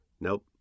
Nope